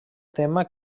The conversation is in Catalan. tema